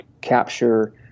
capture